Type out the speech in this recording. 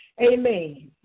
Amen